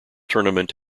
tournament